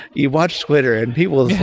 you watch twitter and people's